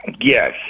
yes